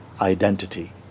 identity